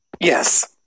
Yes